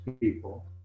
people